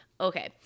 Okay